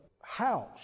house